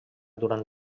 durant